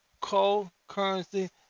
Co-currency